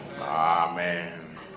amen